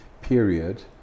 period